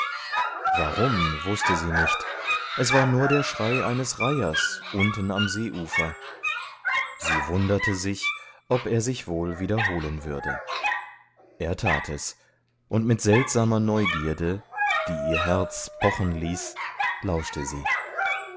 warum wußte sie nicht es war nur der schrei eines reihers unten am seeufer sie wunderte sich ob er sich wohl wiederholen würde er tat es und mit seltsamer neugierde die ihr herz pochen ließ lauschte sie